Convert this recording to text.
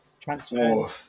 transfers